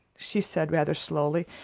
she said rather slowly,